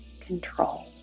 control